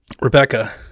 rebecca